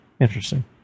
Interesting